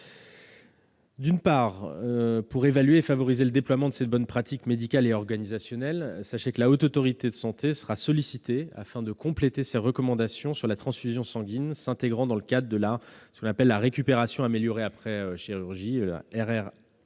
D'une part, pour évaluer et favoriser le déploiement de ces bonnes pratiques médicales et organisationnelles, la Haute Autorité de santé sera sollicitée afin de compléter ses recommandations sur la transfusion sanguine s'intégrant dans le cadre de la récupération améliorée après chirurgie (RAAC)